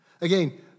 Again